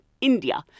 India